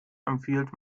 empfiehlt